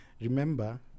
Remember